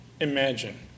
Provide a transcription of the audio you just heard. imagine